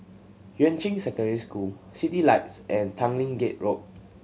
Yuan Ching Secondary School Citylights and Tanglin Gate Road